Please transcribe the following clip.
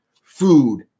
Food